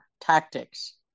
tactics